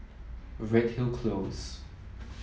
Redhill Close